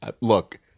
look